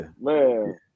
man